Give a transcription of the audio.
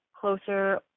closer